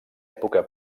època